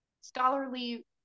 scholarly